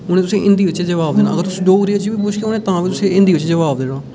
उ'नें तुसेंगी हिंदी बिच्च जवाब देना अगर तुस डोगरी बिच्च बी पुच्छगे उ'नें तां बी हिंदी बिच्च जवाब देना